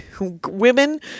women